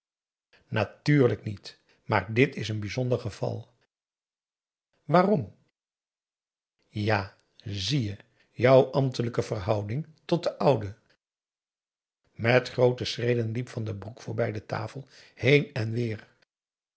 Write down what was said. natuurlijk niet maar dit is een bijzonder geval waarom ja zie je jou ambtelijke verhouding tot den ouden met groote schreden liep van den broek voorbij de tafel heen en weêr